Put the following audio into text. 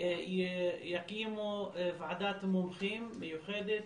יקימו ועדת מומחים מיוחדת,